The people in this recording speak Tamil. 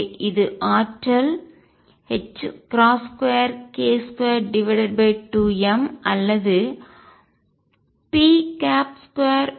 எனவே இது ஆற்றல் 2k22m அல்லது p22m